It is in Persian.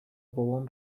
بابام